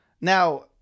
Now